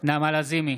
נעמה לזימי,